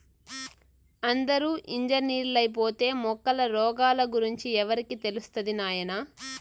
అందరూ ఇంజనీర్లైపోతే మొక్కల రోగాల గురించి ఎవరికి తెలుస్తది నాయనా